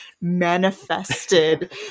manifested